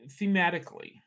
thematically